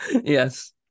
Yes